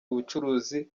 ubucuruzi